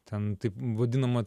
ten taip vadinama